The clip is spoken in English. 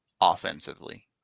offensively